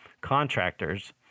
contractors